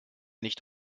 nicht